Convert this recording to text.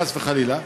חס וחלילה,